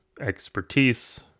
expertise